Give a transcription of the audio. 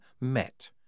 met